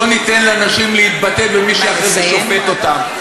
בוא ניתן לנשים להתבטא במי שאחרי זה שופט אותן.